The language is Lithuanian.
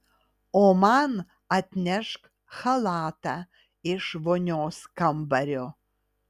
o man atnešk chalatą iš vonios kambario